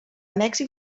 mèxic